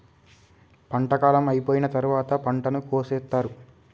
పంట కాలం అయిపోయిన తరువాత పంటను కోసేత్తారు